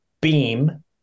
beam